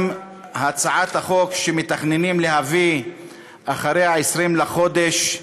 גם הצעת החוק שמתכננים להביא אחרי ה-20 בחודש,